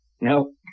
No